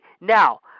now